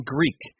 Greek